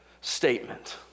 statement